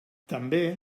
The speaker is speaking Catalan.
també